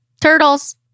Turtles